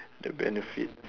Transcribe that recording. the benefits